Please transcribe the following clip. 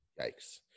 Yikes